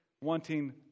wanting